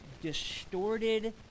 distorted